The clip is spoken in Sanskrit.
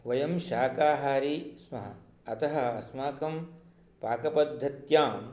वयं शाकाहारी स्मः अतः अस्माकं पाकपद्धत्यां